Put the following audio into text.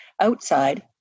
outside